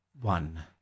one